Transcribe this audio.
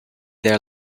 their